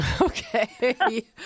Okay